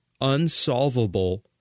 unsolvable